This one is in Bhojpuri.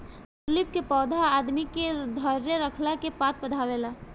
ट्यूलिप के पौधा आदमी के धैर्य रखला के पाठ पढ़ावेला